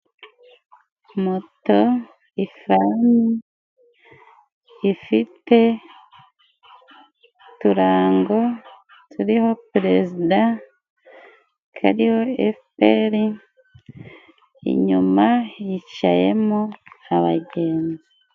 Moto isa ifite uturango turiho perezida, kariho efuperi, inyuma yicayemo abagenzi.